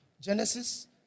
Genesis